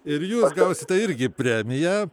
ir jūs gausite irgi premiją